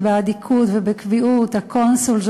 הקונסול,